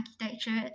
architecture